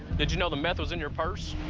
did you know the meth was in your purse?